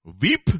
weep